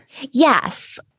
Yes